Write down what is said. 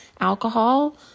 alcohol